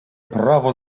prawo